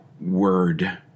word